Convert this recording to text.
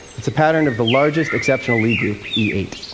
it's a pattern of the largest exceptional lie group, e eight.